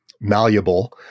malleable